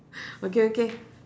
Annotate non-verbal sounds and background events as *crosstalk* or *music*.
*breath* okay okay